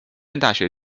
大学